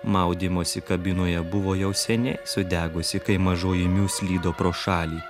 maudymosi kabinoje buvo jau seniai sudegusi kai mažoji miu slydo pro šalį